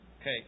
Okay